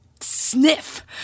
sniff